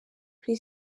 kuri